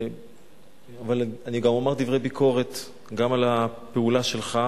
אבל אני אומר דברי ביקורת גם על הפעולה שלך,